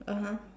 (uh huh)